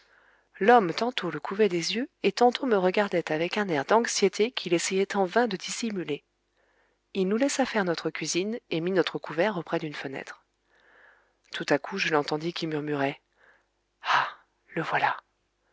l'homme tantôt le couvait des yeux et tantôt me regardait avec un air d'anxiété qu'il essayait en vain de dissimuler il nous laissa faire notre cuisine et mit notre couvert auprès d'une fenêtre tout à coup je l'entendis qui murmurait ah le voilà